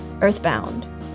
Earthbound